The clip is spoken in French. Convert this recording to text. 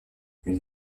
une